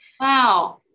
Wow